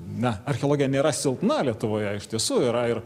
na archeologija nėra silpna lietuvoje iš tiesų yra ir